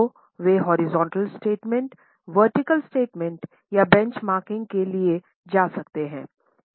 तो वे horizontal statement vertical statement या बेंचमार्किंग के लिए जा सकते हैं